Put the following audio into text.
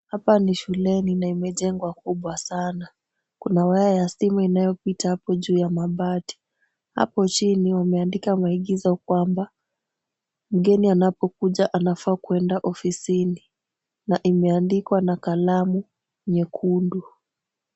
Hapa ni shuleni na imejengwa kubwa sana. Kuna waya ya stima inayopita hapo juu ya mabati. Hapo chini wameandika maigizo kwamba, mgeni anapokuja anafaa kwenda ofisini na imeandikwa na kalamu nyekundu.